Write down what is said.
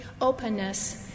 openness